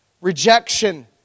rejection